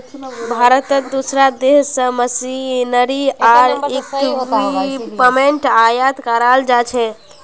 भारतत दूसरा देश स मशीनरी आर इक्विपमेंट आयात कराल जा छेक